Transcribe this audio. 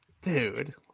dude